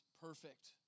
perfect